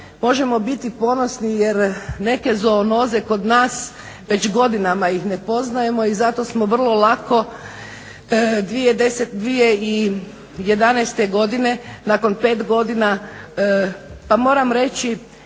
možemo biti ponosni jer neke zoonoze kod nas već godinama ih ne poznajemo i zato smo vrlo lako 2011.nakon 5 godina pa moram reći